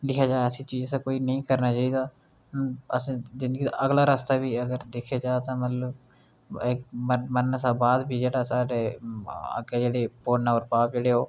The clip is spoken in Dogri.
दिक्खेआ जा ऐसे चीज असें कोई नेईं करना चाहिदा असें जिन्दगी दा अगला रस्ता बी अगर दिक्खेआ जा तां मतलब मरने शा बाद बी जेह्ड़ा साढ़ै अग्गै जेह्ड़े पुन्न होर पाप जेह्ड़े ओह्